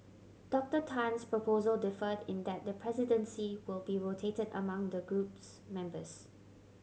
Doctor Tan's proposal differed in that the presidency will be rotated among the group's members